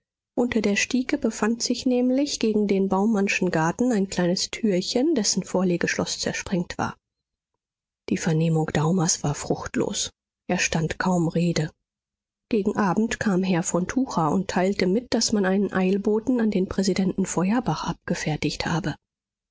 unter der stiege befand sich nämlich gegen den baumannschen garten ein kleines türchen dessen vorlegeschloß zersprengt war die vernehmung daumers war fruchtlos er stand kaum rede gegen abend kam herr von tucher und teilte mit daß man einen eilboten an den präsidenten feuerbach abgefertigt habe